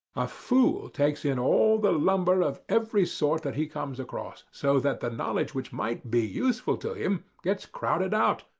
a fool takes in all the lumber of every sort that he comes across, so that the knowledge which might be useful to him gets crowded out,